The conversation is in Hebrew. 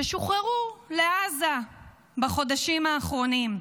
ששוחררו לעזה בחודשים האחרונים,